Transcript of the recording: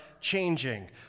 changing